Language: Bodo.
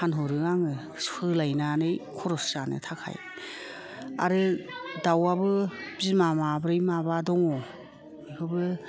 फानहरो आङो सोलायनानै खरस जानो थाखाय आरो दावाबो बिमा माब्रै माबा दङ' बिखौबो